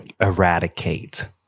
eradicate